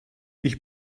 ich